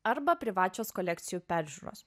arba privačios kolekcijų peržiūros